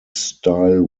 style